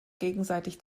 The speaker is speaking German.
gegenseitig